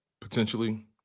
potentially